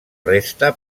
resta